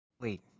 Wait